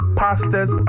pastas